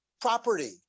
property